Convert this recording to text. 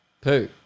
poo